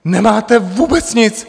Nemáte vůbec nic!